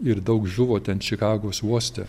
ir daug žuvo ten čikagos uoste